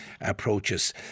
approaches